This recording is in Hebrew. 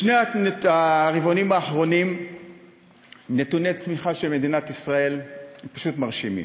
בשני הרבעונים האחרונים נתוני הצמיחה של מדינת ישראל פשוט מרשימים,